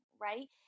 right